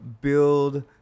build